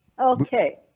Okay